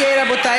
אוקיי, רבותי,